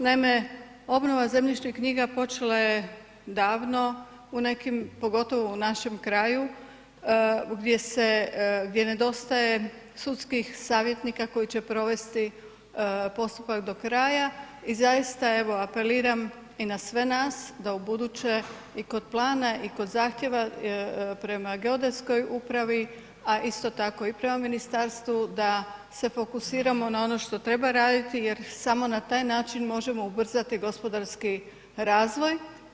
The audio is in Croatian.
Naime, obnova zemljišnih knjiga počela je davno u nekim, pogotovo u našem kraju gdje se, gdje nedostaje sudskih savjetnika koji će provesti postupak do kraja i zaista evo apeliram na sve nas da ubuduće i kod plana i kod zahtjeva prema geodetskoj upravi, a isto tako i prema ministarstvu, da se fokusiramo na ono što treba raditi jer samo na taj način možemo ubrzati gospodarski razvoj.